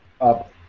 up